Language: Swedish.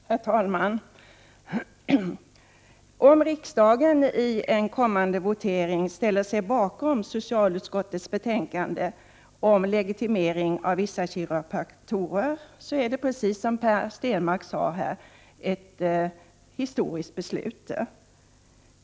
Herr talman! Om riksdagen i en kommande votering ställer sig bakom socialutskottets betänkande om legitimering av vissa kiropraktorer är detta, precis som Per Stenmarck sade, ett historiskt beslut.